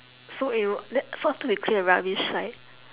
so it will the~ so after we clear the rubbish like